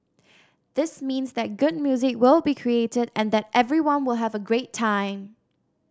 this means that good music will be created and that everyone will have a great time